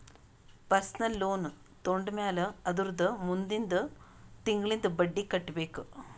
personal loan ತೊಂಡಮ್ಯಾಲ್ ಅದುರ್ದ ಮುಂದಿಂದ್ ತಿಂಗುಳ್ಲಿಂದ್ ಬಡ್ಡಿ ಕಟ್ಬೇಕ್